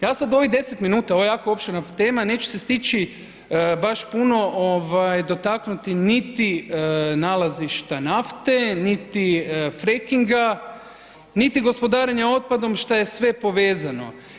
Ja sada u ovih 10 minuta, ovo je jako opširna tema, neću se stići baš puno dotaknuti niti nalazišta nafte, niti frackinga, niti gospodarenja otpadom šta je sve povezano.